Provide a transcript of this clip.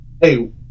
Hey